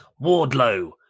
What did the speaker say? Wardlow